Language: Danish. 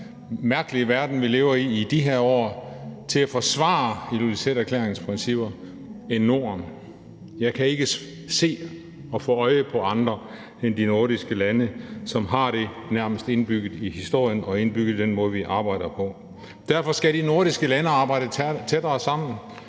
mærkelige verden, vi lever i i de her år, til at forsvare Ilulissaterklæringens principper end Norden? Jeg kan ikke se og få øje på andre end de nordiske lande, som nærmest har det indbygget i historien og indbygget i den måde, vi arbejder på. Derfor skal de nordiske lande arbejde tættere sammen